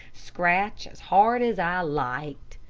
scratch as hard as i liked.